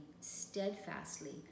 steadfastly